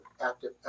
active